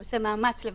הוא עושה מאמץ לברר,